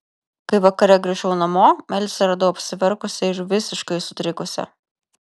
kai vakare grįžau namo elzę radau apsiverkusią ir visiškai sutrikusią